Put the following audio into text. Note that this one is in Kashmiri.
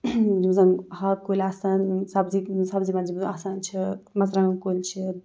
یِم زَن ہاکہٕ کُلۍ آسان سبزی سبزی منٛز یِم زَن آسان چھِ مرژٕوانٛگَن کُلۍ چھِ